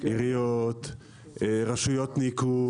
עיריות, רשויות ניקוז.